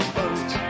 boat